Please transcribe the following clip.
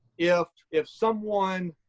if if someone